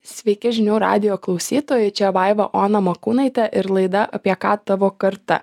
sveiki žinių radijo klausytojai čia vaiva ona morkūnaitė ir laida apie ką tavo karta